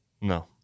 No